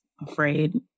afraid